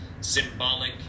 symbolic